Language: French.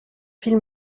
film